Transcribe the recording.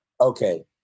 okay